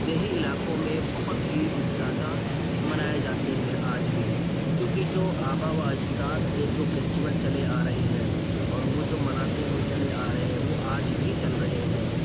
دیہی علاقوں میں بہت ہی زیادہ منائے جاتے ہیں آج بھی کیونکہ جو آبا و اجداد سے جو فیسٹیول چلے آ رہے ہیں اور وہ جو مناتے ہوئے چلے آ رہے ہیں وہ آج بھی چل رہے ہیں